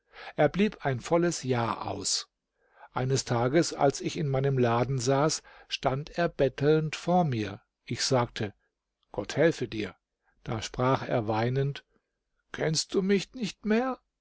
er blieb ein volles jahr aus eines tages als ich in meinem laden saß stand er bettelnd vor mir ich sagte gott helfe dir da sprach er weinend kennst du mich nicht mehr